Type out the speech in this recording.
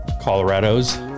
Colorado's